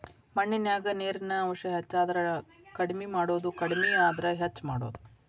ಮಣ್ಣಿನ್ಯಾಗ ನೇರಿನ ಅಂಶ ಹೆಚಾದರ ಕಡಮಿ ಮಾಡುದು ಕಡಮಿ ಆದ್ರ ಹೆಚ್ಚ ಮಾಡುದು